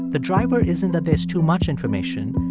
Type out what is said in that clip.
the driver isn't that there's too much information.